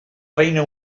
reina